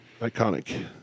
Iconic